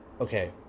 Okay